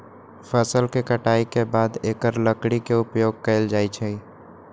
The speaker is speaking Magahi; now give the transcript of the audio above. फ़सल के कटाई के बाद एकर लकड़ी के उपयोग कैल जाइ छइ